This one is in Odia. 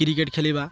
କ୍ରିକେଟ୍ ଖେଳିବା